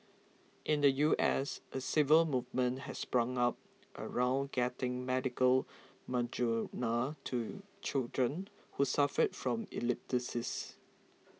in the U S a civil movement has sprung up around getting medical Marijuana to children who suffer from epilepsy